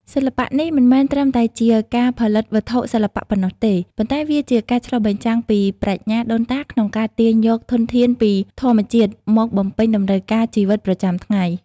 សិល្បៈនេះមិនមែនត្រឹមតែជាការផលិតវត្ថុសិល្បៈប៉ុណ្ណោះទេ ប៉ុន្តែវាជាការឆ្លុះបញ្ចាំងពីប្រាជ្ញាដូនតាក្នុងការទាញយកធនធានពីធម្មជាតិមកបំពេញតម្រូវការជីវិតប្រចាំថ្ងៃ។